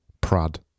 Prad